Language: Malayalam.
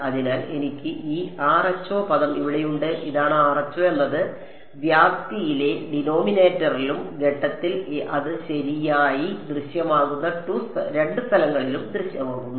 അതിനാൽ എനിക്ക് ഈ rho പദം ഇവിടെയുണ്ട് ഇതാണ് rho എന്നത് വ്യാപ്തിയിലെ ഡിനോമിനേറ്ററിലും ഘട്ടത്തിൽ അത് ശരിയായി ദൃശ്യമാകുന്ന 2 സ്ഥലങ്ങളിലും ദൃശ്യമാകുന്നു